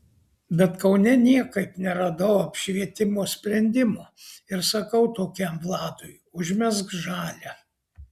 bet kaune niekaip neradau apšvietimo sprendimo ir sakau tokiam vladui užmesk žalią